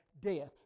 death